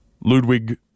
Ludwig